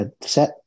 set